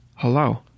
Hello